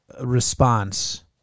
response